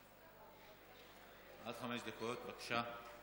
עד חמש דקות, בבקשה.